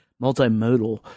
multimodal